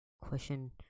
Question